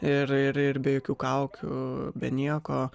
ir ir ir be jokių kaukių be nieko